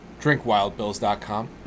drinkwildbills.com